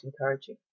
encouraging